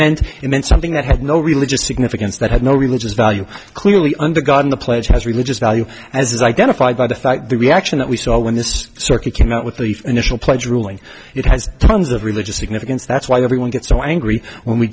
meant it meant something that had no religious significance that had no religious value clearly under god in the pledge has religious value as identified by the fact the reaction that we saw when this circuit came out with the initial pledge ruling it has tons of religious significance that's why everyone gets so angry when we